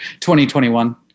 2021